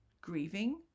grieving